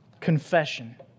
Confession